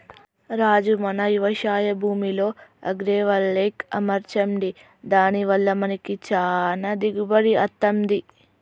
రాజు మన యవశాయ భూమిలో అగ్రైవల్టెక్ అమర్చండి దాని వల్ల మనకి చానా దిగుబడి అత్తంది